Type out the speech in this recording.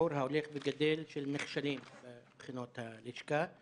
בשיעור ההולך וגדל של נכשלים בבחינות הלשכה.